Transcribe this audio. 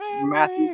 Matthew